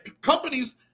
companies